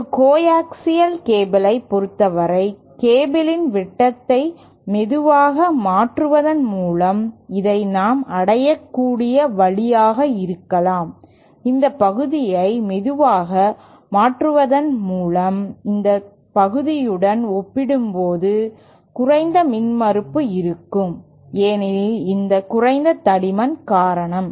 ஒரு கோஆக்சியல் கேபிளைப் பொறுத்தவரை கேபிளின் விட்டத்தை மெதுவாக மாற்றுவதன் மூலம் இதை நாம் அடையக்கூடிய வழியாக இருக்கலாம் இந்த பகுதியை மெதுவாக மாற்றுவதன் மூலம் இந்த பகுதியுடன் ஒப்பிடும்போது குறைந்த மின்மறுப்பு இருக்கும் ஏனெனில் இந்த குறைந்த தடிமன் காரணமாக